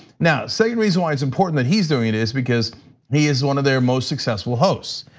now, same reason why it's important that he's doing it is because he is one of their most successful hosts.